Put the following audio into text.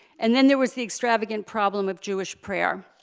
and then there was the extravagant problem of jewish prayer.